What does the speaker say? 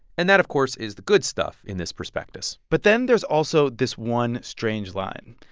and that, of course, is the good stuff in this prospectus but then there's also this one strange line.